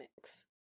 mix